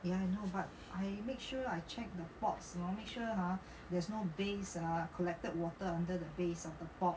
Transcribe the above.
ya no but there's no